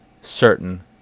certain